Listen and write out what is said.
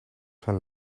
zijn